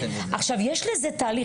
עכשיו, יש לזה תהליך.